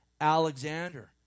alexander